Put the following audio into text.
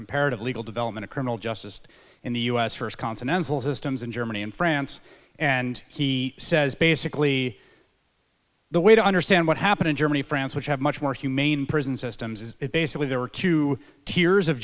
comparative legal development of criminal justice in the u s first continental systems in germany and france and he says basically the way to understand what happened in germany france which have much more humane prison systems is basically there were two tiers of